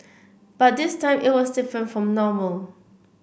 but this time it was different from normal